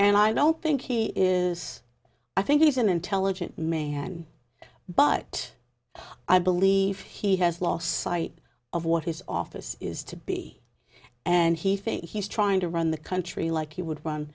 and i don't think he is i think he's an intelligent man but i believe he has lost sight of what his office is to be and he thinks he's trying to run the country like he would run